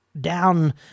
down